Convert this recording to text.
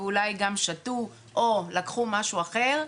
ואולי גם שתו או לקחו משהו אחר,